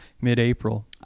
mid-April